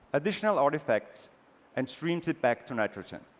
additional artifacts and streams it back to nitrogen.